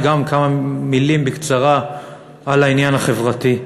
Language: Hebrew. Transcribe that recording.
כמה מילים בקצרה גם על העניין החברתי.